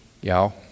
y'all